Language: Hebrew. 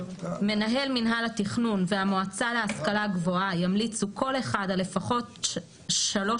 מנהל מינהל התכנון והמועצה להשכלה גבוהה ימליצו כל אחד על לפחות שלוש